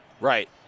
Right